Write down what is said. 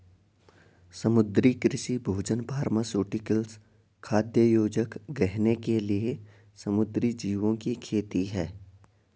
समुद्री कृषि भोजन फार्मास्यूटिकल्स, खाद्य योजक, गहने के लिए समुद्री जीवों की खेती है